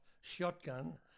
shotgun